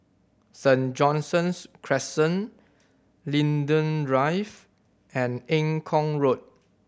Saint John's Crescent Linden Drive and Eng Kong Road